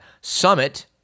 summit